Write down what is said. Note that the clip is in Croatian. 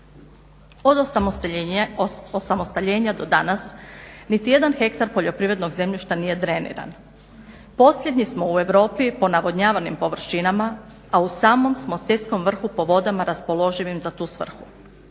Od osamostaljenja do danas niti jedan hektar poljoprivrednog zemljišta nije dreniran. Posljednji smo u Europi po navodnjavanim površinama, a u samom smo svjetskom vrhu po vodama raspoloživim za tu svrhu.